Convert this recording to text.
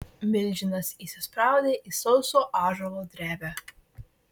milžinas įsispraudė į sauso ąžuolo drevę